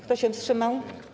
Kto się wstrzymał?